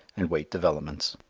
and wait developments.